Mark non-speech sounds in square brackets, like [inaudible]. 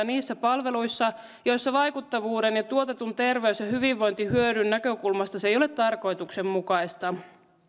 [unintelligible] niissä palveluissa joissa vaikuttavuuden ja tuotetun terveys ja hyvinvointihyödyn näkökulmasta se ei ole tarkoituksenmukaista